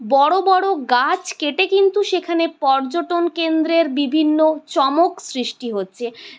বড়ো বড়ো গাছ কেটে কিন্তু সেখানে পর্যটন কেন্দ্রের বিভিন্ন চমক সৃষ্টি হচ্ছে